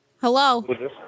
Hello